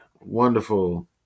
wonderful